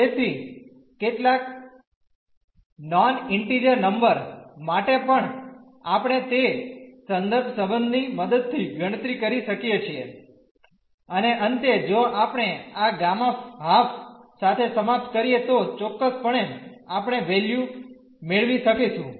તેથી કેટલાક non integer number માટે પણ આપણે તે સંદર્ભ સંબંધની મદદથી ગણતરી કરી શકીએ છીએ અને અંતે જો આપણે આ ગામા હાફ સાથે સમાપ્ત કરીએ તો ચોક્કસપણે આપણે વેલ્યુ મેળવી શકીશું